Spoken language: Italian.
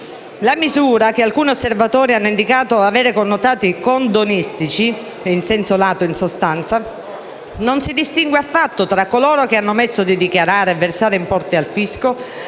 La misura, che alcuni osservatori hanno indicato avere connotati «condonistici» in senso lato in sostanza, non distingue affatto tra coloro che hanno omesso di dichiarare e versare importi al fisco